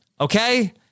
Okay